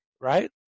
right